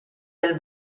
del